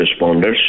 responders